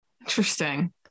Interesting